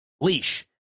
leash